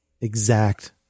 exact